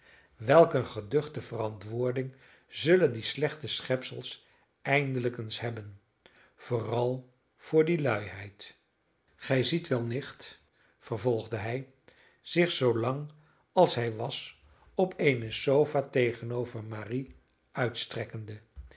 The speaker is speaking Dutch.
eene geduchte verantwoording zullen die slechte schepsels eindelijk eens hebben vooral voor die luiheid gij ziet wel nicht vervolgde hij zich zoo lang als hij was op eene sofa tegenover marie uitstrekkende